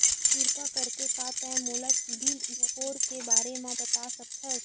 किरपा करके का तै मोला सीबिल स्कोर के बारे माँ बता सकथस?